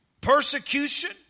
persecution